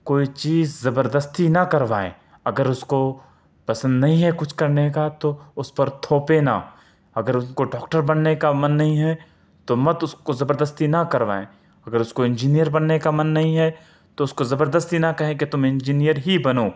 کوئی چیز زبردستی نہ کروائیں اگر اس کو پسند نہیں ہے کچھ کرنے کا تو اس پر تھوپے نہ اگر ان کو ڈاکٹر بننے کا من نہیں ہے تو مت اس کو زبردستی نہ کروائیں اگر اس کو انجینیئر بننے کا من نہیں ہے تو اس کو زبرسستی نہ کہیں کہ تم انجینیئر ہی بنو